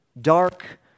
dark